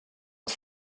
att